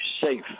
safe